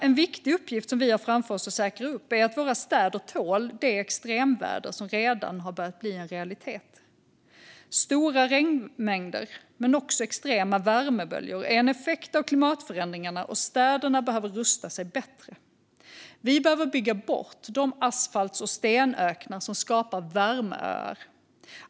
En viktig uppgift som vi har framför oss är att säkra att våra städer tål det extremväder som redan har börjat bli en realitet. Stora regnmängder men också extrema värmeböljor är en effekt av klimatförändringarna, och städerna behöver rusta sig bättre. Vi behöver bygga bort de asfalts och stenöknar som skapar värmeöar.